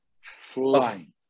Flying